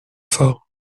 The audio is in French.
fort